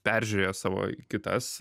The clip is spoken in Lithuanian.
peržiūrėjo savo kitas